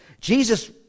Jesus